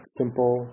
simple